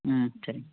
ம் சரிங்க